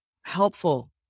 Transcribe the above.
helpful